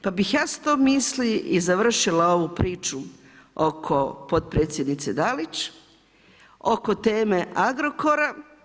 Pa bih ja s tom misli i završila ovu priču oko potpredsjednice Dalić, oko teme Agrokora.